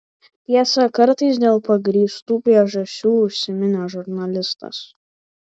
tiesa kartais dėl pagrįstų priežasčių užsiminė žurnalistas